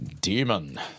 Demon